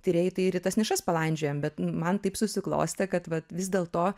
tyrėjai tai ir į tas palandžiojam bet man taip susiklostė kad vat vis dėlto